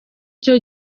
cyo